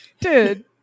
dude